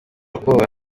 bwoba